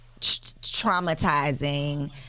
traumatizing